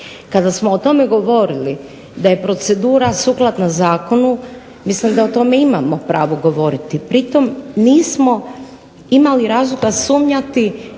Kada smo o tome govorili da je procedura sukladna zakonu, mislim da o tome imamo pravo govoriti. Pritom nismo imali razloga sumnjati